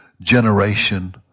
generation